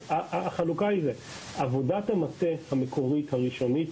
עבודת המטה המקורית, הראשונית,